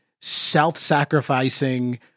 self-sacrificing